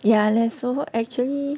ya leh so actually